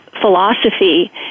philosophy